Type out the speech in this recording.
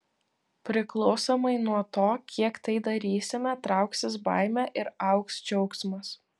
priklausomai nuo to kiek tai darysime trauksis baimė ir augs džiaugsmas